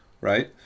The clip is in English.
right